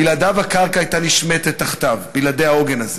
בלעדיו הקרקע הייתה נשמטת תחתיו, בלעדי העוגן הזה.